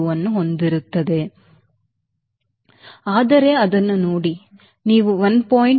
2 ಅನ್ನು ಹೊಂದಿರುತ್ತದೆ ಆದರೆ ಅದನ್ನು ನೋಡಿ ನೀವು 1